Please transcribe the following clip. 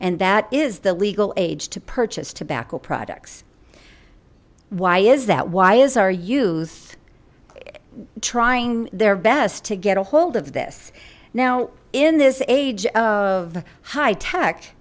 and that is the legal age to purchase tobacco products why is that why is our youth trying their best to get a hold of this now in this age of high tech